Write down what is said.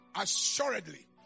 assuredly